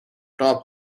top